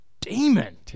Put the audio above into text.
demon